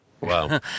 Wow